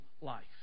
life